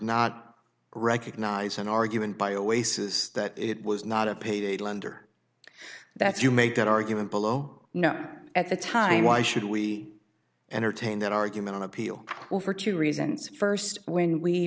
not recognize an argument by oasis that it was not a payday lender that's you made that argument below at the time why should we entertain that argument on appeal for two reasons first when we